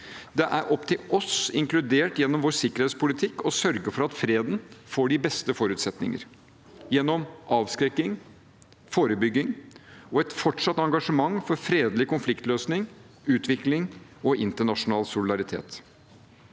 Det er opp til oss, inkludert gjennom vår sikkerhetspolitikk, å sørge for at freden får de beste forutsetninger gjennom avskrekking, forebygging og et fortsatt engasjement for fredelig konfliktløsning, utvikling og internasjonal solidaritet.